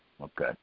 okay